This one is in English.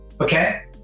Okay